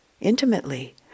intimately